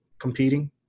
competing